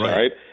right